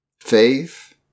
faith